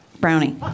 brownie